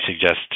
suggest